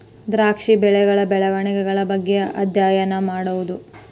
ದ್ರಾಕ್ಷಿ ಬಳ್ಳಿಗಳ ಬೆಳೆವಣಿಗೆಗಳ ಬಗ್ಗೆ ಅದ್ಯಯನಾ ಮಾಡುದು